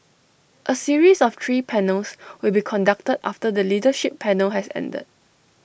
A series of three panels will be conducted after the leadership panel has ended